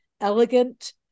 elegant